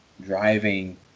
driving